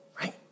right